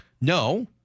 No